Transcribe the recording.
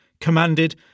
commanded